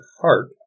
heart